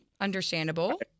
Understandable